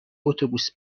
اتوبوس